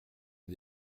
les